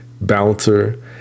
bouncer